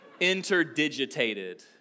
Interdigitated